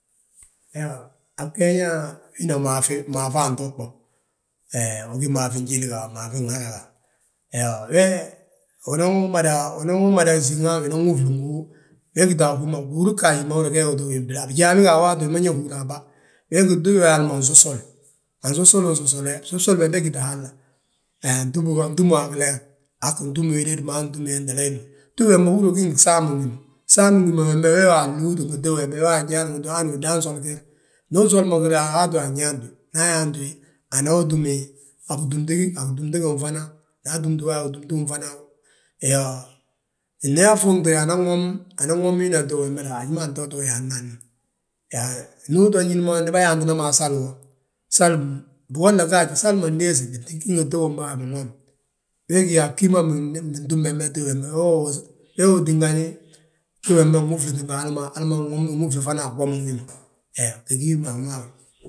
Iyoo, a bgeeña wina maafi antuug bo, he wi gí maafin jíli ga, maafin hara ga. He we uanan wi mada, unan wi mada síŋ wi nan wúfli ngi hú, we gíta a hú ma, gihúri ghaaji ma gi ma uteeg yóbdiyobdina. Bijaa bége a waati we, wi ma ñe húrna a bà, we gí tíw wi hal ma nsosol, ansosoli soslini, bsosoli be begíti halla? Antúmwi a gileer angin túm wédi hemma, aa ttin túw wentele, tíw wembe húri yaa wi gí ngi gsaam wi ma, gsaamin wi ma wembe, wee wi anñuutui ngi tíw wembe, we nyaa hanu udan sola gir. Ndu usol mo gir a waati we anyaanti wi, nda uyaanti wi, unan wi gúmti a gitúmti ginfana. Nda atúmti wi a gitúmti ginfana, iyoo, nda afuuŋte, anwomi wina, anan wom wina tíw wembe doroŋ haji ma antoti wi yaatina. Yaa ndu uto ñín mo ndi bâyaantina mo a sali wo, sal, sal bigolla gaaj ndiisi, biti gí ngi tíw bàa ma binwomi. Wee gí yaa bgí ma bintúm bembe tíw wembe, wee wi uwos, wee wi tíngani tíw wembe wi nwúfliti ngi hal ma. Hali ma nwomi wi, anwúfli fana a gwomin wi ma, he gí ma.